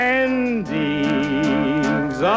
endings